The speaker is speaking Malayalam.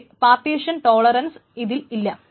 പക്ഷേ പാർട്ടീഷൻ ടോലറൻസ് അതിൽ ഇല്ല